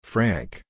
Frank